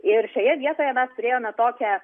ir šioje vietoje mes turėjome tokią